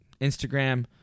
Instagram